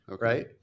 right